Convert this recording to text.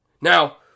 now